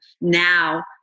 now